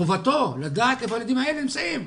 חובתו לדעת איפה הילדים האלה נמצאים.